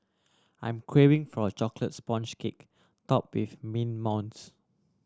I'm craving for a chocolate sponge cake top with mint mousse